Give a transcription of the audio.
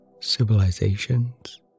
civilizations